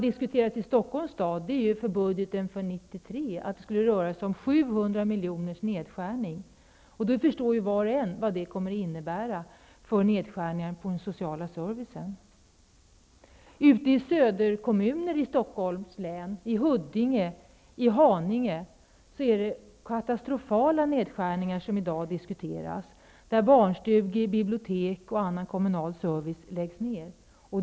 För Stockholms stad har det för budgeten 1993 diskuterats en nedskärning på 700 milj.kr. Var och en förstår vad det kommer att innebära när det gäller nedskärningar på den sociala servicen. I söderkommunerna i Stockholms län, Huddinge och Haninge, diskuteras i dag katastrofala nedskärningar. Barnstugor, bibliotek och annan kommunal service kan komma att läggas ner.